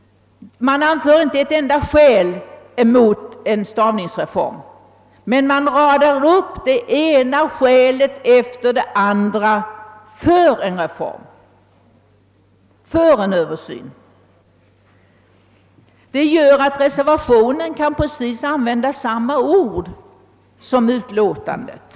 Man anför inte ett enda skäl mot en stavningsreform, men man radar upp det ena skälet efter det andra för en reform, för en Översyn. Detta gör att reservationen kan använda precis samma ordval som utlåtandet.